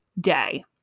day